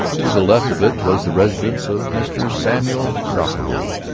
to the left of it was the residence of mr. samuel doppelbrau,